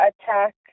attack